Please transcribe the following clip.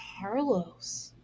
Carlos